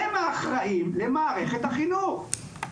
הם האחראים למערכת החינוך.